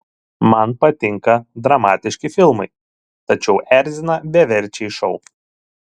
man patinka dramatiški filmai tačiau erzina beverčiai šou